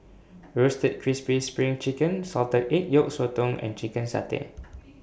Roasted Crispy SPRING Chicken Salted Egg Yolk Sotong and Chicken Satay